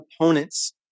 opponents